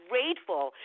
grateful